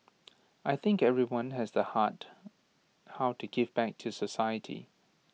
I think everyone has the heart how to give back to society